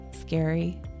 scary